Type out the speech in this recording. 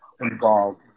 involved